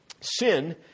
sin